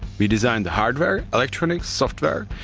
we design the hardware, electronics, software,